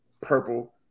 purple